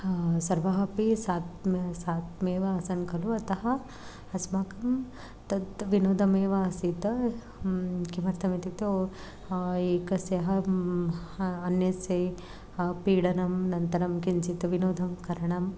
सर्वः अपि सात्मे सात्मेव आसन् खलु अतः अस्माकं तत् विनोदमेव आसीत् किमर्थमित्युक्तौ एकस्य अन्यस्यै पीडनं अनन्तरं किञ्चित् विनोदं करणं